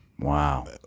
wow